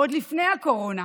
ועוד לפני הקורונה,